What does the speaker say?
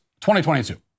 2022